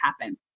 happen